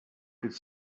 could